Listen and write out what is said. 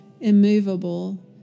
immovable